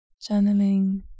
channeling